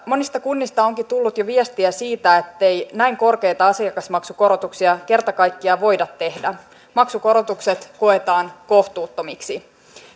monista kunnista onkin tullut jo viestiä siitä ettei näin korkeita asiakasmaksukorotuksia kerta kaikkiaan voida tehdä maksukorotukset koetaan kohtuuttomiksi